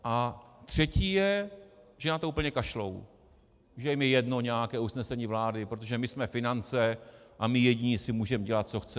A třetí je, že na to úplně kašlou, že jim je jedno nějaké usnesení vlády, protože my jsme finance a my jediní si můžeme dělat, co chceme.